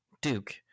Duke